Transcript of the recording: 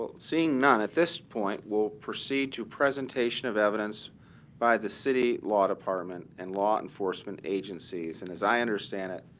seeing none, at this point, we'll proceed to presentation of evidence by the city law department and law enforcement agencies. and as i understand it,